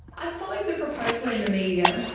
i had followed the proposal in the media,